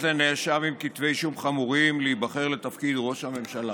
לנאשם עם כתבי אישום חמורים להיבחר לתפקיד ראש הממשלה?